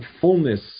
fullness